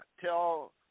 tell